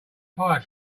fire